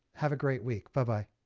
have a great week. bye-bye.